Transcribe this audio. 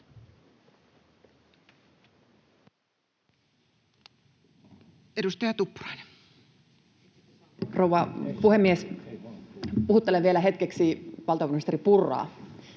Edustaja Tuppurainen. Rouva puhemies! Puhuttelen vielä hetkeksi valtiovarainministeri Purraa.